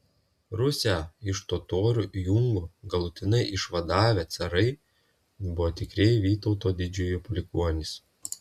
rusią iš totorių jungo galutinai išvadavę carai buvo tikrieji vytauto didžiojo palikuonys